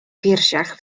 piersiach